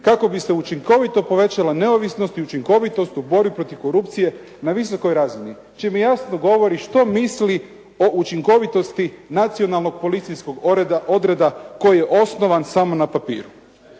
kako bi se učinkovito povećala neovisnost i učinkovitost u borbi protiv korupcije na visokoj razini čime jasno govori što misli o učinkovitosti nacionalnog policijskog odreda koji je osnovan samo na papiru.